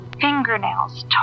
fingernails